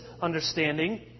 understanding